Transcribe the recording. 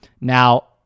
Now